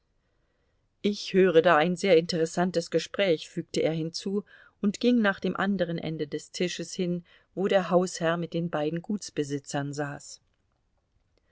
ich höre da ein sehr interessantes gespräch fügte er hinzu und ging nach dem andern ende des tisches hin wo der hausherr mit den beiden gutsbesitzern saß